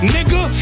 Nigga